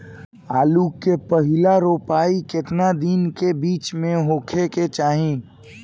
आलू क पहिला रोपाई केतना दिन के बिच में होखे के चाही?